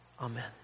Amen